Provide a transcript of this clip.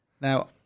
Now